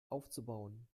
aufzubauen